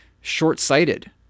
short-sighted